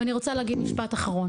אני רוצה להגיד משפט אחרון